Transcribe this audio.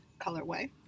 colorway